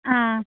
ಹಾಂ